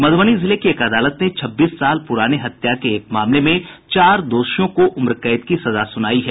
मधुबनी जिले की एक अदालत ने छब्बीस साल पुराने हत्या के एक मामले में चार दोषियों को उम्रकैद की सजा सुनायी है